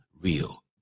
real